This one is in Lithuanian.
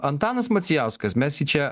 antanas macijauskas mes jį čia